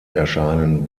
erscheinen